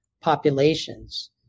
populations